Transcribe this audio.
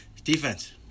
Defense